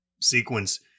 sequence